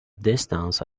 distance